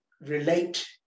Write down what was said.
relate